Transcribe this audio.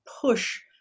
push